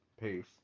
peace